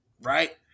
right